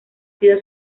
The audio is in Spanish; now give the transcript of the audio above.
sido